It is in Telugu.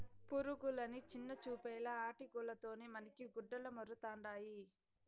పురుగులని చిన్నచూపేలా ఆటి గూల్ల తోనే మనకి గుడ్డలమరుతండాయి